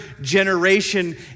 generation